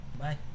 Bye